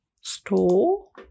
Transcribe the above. store